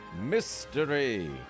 mystery